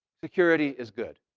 security is good.